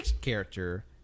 character